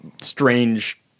strange